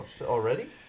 Already